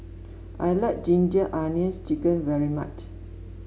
I like Ginger Onions chicken very much